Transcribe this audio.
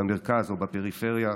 במרכז או בפריפריה,